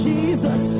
Jesus